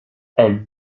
elle